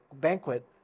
banquet